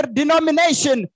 denomination